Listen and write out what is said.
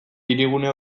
hirigune